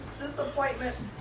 disappointments